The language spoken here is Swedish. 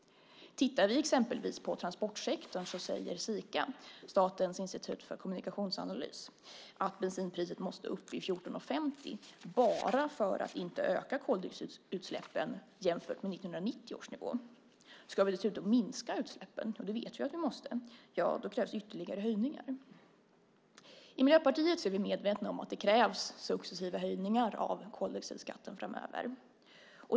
Tittar vi exempelvis på transportsektorn ser vi att Sika, Statens institut för kommunikationsanalys, säger att bensinpriset måste upp i 14:50 bara för att vi inte ska öka koldioxidutsläppen jämfört med 1990 års nivå. Ska vi dessutom minska utsläppen - och det vet vi att vi måste - krävs ytterligare höjningar. I Miljöpartiet är vi medvetna om att det krävs successiva höjningar av koldioxidskatten framöver.